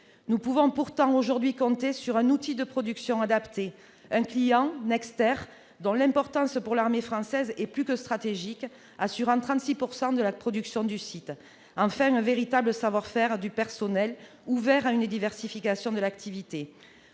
Nous pouvons pourtant aujourd'hui compter sur un outil de production adapté ; un client, Nexter, dont l'importance pour l'armée française est plus que stratégique, qui assure 36 % de la production du site ; enfin, un véritable savoir-faire du personnel, ouvert à une diversification de l'activité.